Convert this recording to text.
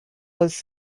was